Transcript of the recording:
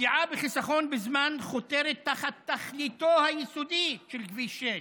הפגיעה בחיסכון בזמן חותרת תחת תכליתו היסודית של כביש 6,